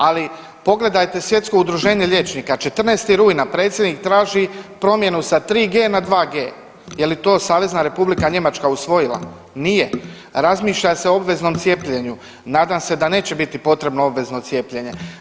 Ali pogledajte Svjetsko udruženje liječnika, 14. rujna predsjednik traži promjenu sa 3G na 2G, je li to Savezna Republika Njemačka usvojila, nije, razmišlja se o obveznom cijepljenju, nadam se da neće biti potrebno obvezno cijepljenje.